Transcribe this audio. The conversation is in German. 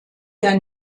der